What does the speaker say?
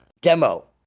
demo